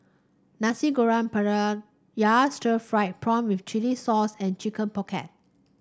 Nasi Goreng Pattaya Stir Fried Prawn with Chili Sauce and Chicken Pocket